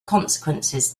consequences